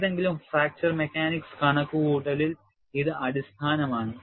ഏതെങ്കിലും fracture mechanics കണക്കുകൂട്ടലിൽ ഇത് അടിസ്ഥാനമാണ്